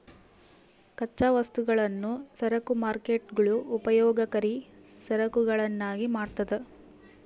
ಕಚ್ಚಾ ವಸ್ತುಗಳನ್ನು ಸರಕು ಮಾರ್ಕೇಟ್ಗುಳು ಉಪಯೋಗಕರಿ ಸರಕುಗಳನ್ನಾಗಿ ಮಾಡ್ತದ